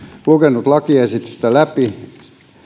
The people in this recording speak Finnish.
lukenut lakiesitystä läpi